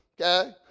Okay